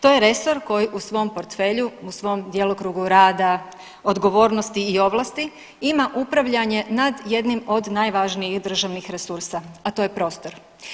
To je resor koji u svom portfelju, u svom djelokrugu rada, odgovornosti i ovlasti ima upravljanje nad jednim od najvažnijih državnih resursa, a to je prostor.